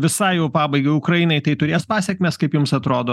visai jau pabaigai ukrainai tai turės pasekmes kaip jums atrodo